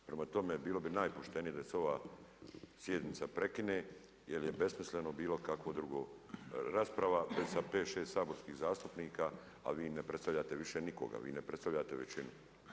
Prema tome, bilo bi najpoštenije da se ova sjednica prekine jel je besmisleno bilo kako drugo rasprava sa pet, šest saborskih zastupnika, a vi ne predstavljate više nikoga, vi ne predstavljate većinu.